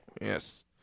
Yes